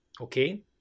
Okay